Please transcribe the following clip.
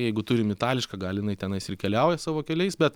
jeigu turim itališką gal jinai tenais ir keliauja savo keliais bet